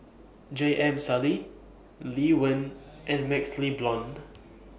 J M Sali Lee Wen and MaxLe Blond